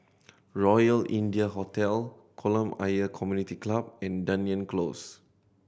Royal India Hotel Kolam Ayer Community Club and Dunearn Close